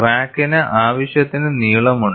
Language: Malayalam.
ക്രാക്കിന് ആവശ്യത്തിന് നീളമുണ്ട്